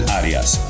Arias